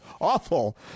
Awful